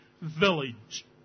village